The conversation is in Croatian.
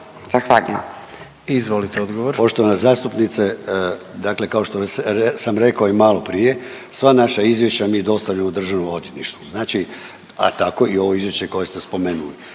**Klešić, Ivan** Poštovana zastupnice, dakle kao što sam rekao i maloprije, sva naša izvješća mi dostavljamo Državnom odvjetništvu, znači, a tako i ovo izvješće koje ste spomenuli.